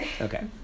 Okay